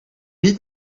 niet